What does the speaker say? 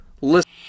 Listen